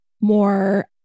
more